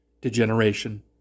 Degeneration